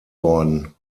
worden